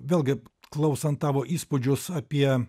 vėlgi klausant tavo įspūdžius apie